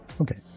Okay